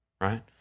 right